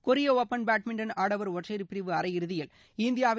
கொரிய open badminton ஆடவர் ஒற்றையர் பிரிவு அரையிறுதியில் இந்தியாவின்